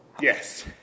Yes